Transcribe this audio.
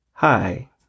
Hi